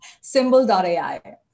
Symbol.ai